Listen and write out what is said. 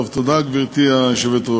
טוב, תודה, גברתי היושבת-ראש,